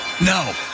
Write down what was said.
No